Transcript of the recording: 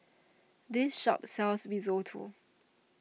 this shop sells Risotto